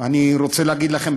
אני רוצה להגיד לכם,